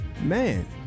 man